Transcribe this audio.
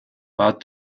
bad